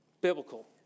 Biblical